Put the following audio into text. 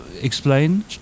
explain